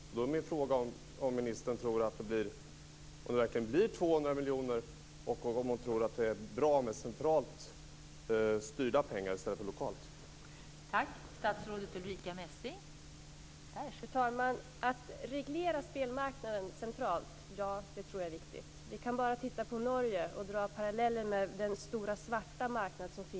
Min fråga är om ministern tror att det verkligen blir 200 miljoner kronor och om hon tror att det är bra med centralt styrda pengar i stället för lokalt styrda pengar.